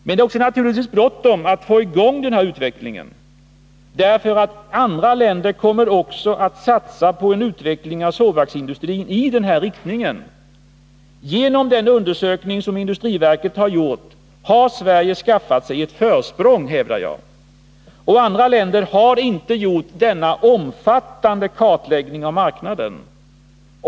Men det är naturligtvis bråttom att få i gång den här utvecklingen också därför att andra länder kommer att satsa på en utveckling av sågverksindustrin i den här riktningen. Den undersökning som industriverket har gjort visar att Sverige har skaffat sig ett försprång. Andra länder har inte gjort denna omfattande kartläggning av marknaden.